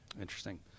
interesting